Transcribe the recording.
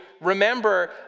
remember